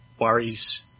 worries